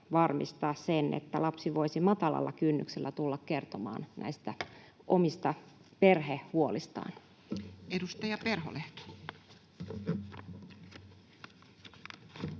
varmistaa sen, että lapsi voisi matalalla kynnyksellä tulla kertomaan näistä omista perhehuolistaan?